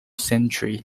century